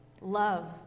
Love